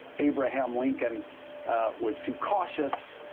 abraham lincoln was too cautious,